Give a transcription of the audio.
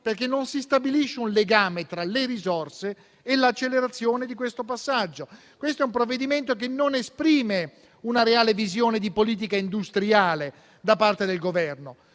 perché non si stabilisce un legame tra le risorse e l'accelerazione di questo passaggio. Si tratta di un provvedimento che non esprime una reale visione di politica industriale da parte del Governo